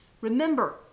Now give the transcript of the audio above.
Remember